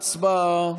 הצבעה.